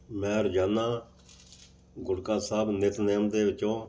ਮੈਂ ਰੋਜ਼ਾਨਾ ਗੁਟਕਾ ਸਾਹਿਬ ਨਿਤਨੇਮ ਦੇ ਵਿੱਚੋਂ